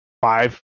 five